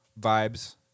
vibes